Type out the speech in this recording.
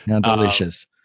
delicious